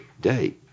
day